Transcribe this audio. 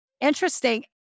interesting